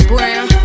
Brown